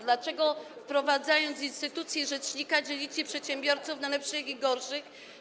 Dlaczego wprowadzając instytucję rzecznika, dzielicie przedsiębiorców na lepszych i gorszych?